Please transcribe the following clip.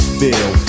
feel